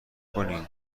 کنین